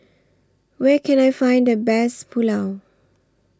Where Can I Find The Best Pulao